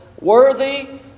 Worthy